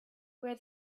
where